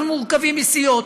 אנחנו מורכבים מסיעות,